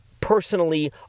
personally